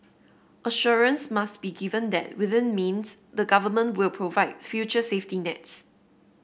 assurance must be given that within means the Government will provide future safety nets